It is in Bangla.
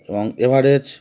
এবং এভারেজ